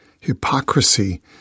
hypocrisy